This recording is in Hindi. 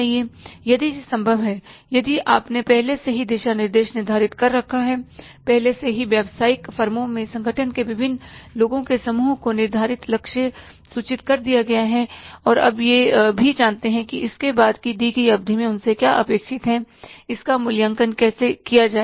यदि यह संभव है यदि आपने पहले से ही दिशा निर्देश निर्धारित कर रखा है पहले से ही व्यावसायिक फर्मों में संगठन के विभिन्न लोगों के समूह को निर्धारित लक्ष्य सूचित कर दिया गया है और अब वे यह भी जानते हैं कि उसके बाद दी गई अवधि मैं उनसे क्या अपेक्षित है जिसका मूल्यांकन किया जाएगा